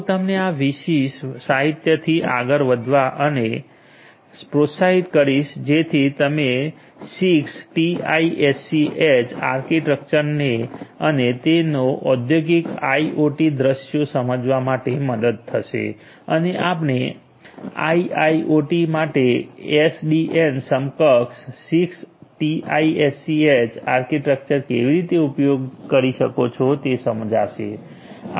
હું તમને આ વિશેષ સાહિત્ય થી આગળ વધવા માટે પ્રોત્સાહિત કરીશ જેથી તમને 6ટીઆઈએસસીએચ આર્કિટેક્ચરને અને તેનો ઔદ્યોગિક આઇઓટી દૃશ્યો સમજવા માટે મદદ થશે અને આપણે આઇઆઇઓટી માટે એસડીએન સક્ષમ 6ટીઆઈએસસીએચ આર્કિટેક્ચર કેવી રીતે ઉપાયોગ કરી શકશો તે સમજાશે